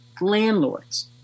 landlords